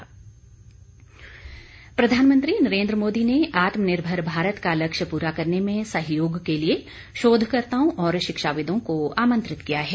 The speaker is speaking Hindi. पीएम वैभव सम्मेलन प्रधानमंत्री नरेंद्र मोदी ने आत्मनिर्भर भारत का लक्ष्य पूरा करने में सहयोग के लिए शोधकर्ताओं और शिक्षाविदों को आमंत्रित किया है